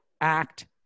act